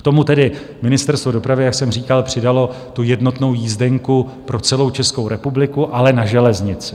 K tomu tedy Ministerstvo dopravy, jak jsem říkal, přidalo jednotnou jízdenku pro celou Českou republiku, ale na železnici.